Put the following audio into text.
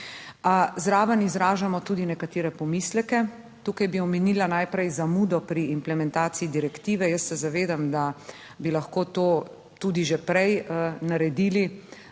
zraven izražamo tudi nekatere pomisleke. Tukaj bi omenila najprej zamudo pri implementaciji direktive. Jaz se zavedam, da bi lahko to tudi že prej naredili,